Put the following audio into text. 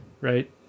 Right